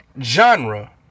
genre